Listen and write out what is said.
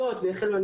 כש- 2020,